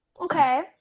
okay